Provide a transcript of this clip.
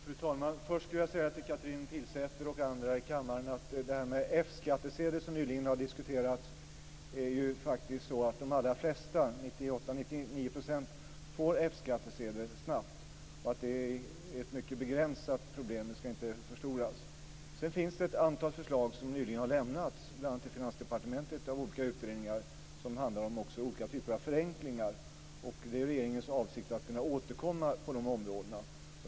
Fru talman! Först vill jag till Karin Pilsäter och andra här i kammaren säga att F-skattsedeln nyligen har diskuterats. Det är faktiskt så att de allra flesta, 98-99 %, får F-skattsedel snabbt. Detta är alltså ett mycket begränsat problem, som inte skall förstoras. Vidare har olika utredningar nyligen bl.a. till Finansdepartementet lämnat ett antal förslag om olika typer av förenklingar. Det är regeringens avsikt att återkomma på de punkterna.